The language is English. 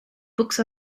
books